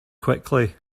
quickly